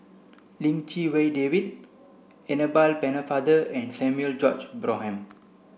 Lim Chee Wai David Annabel Pennefather and Samuel George Bonham